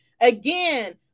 Again